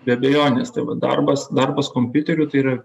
be abejonės tai va darbas darbas kompiuteriu tai yra